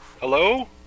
Hello